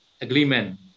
agreement